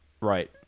right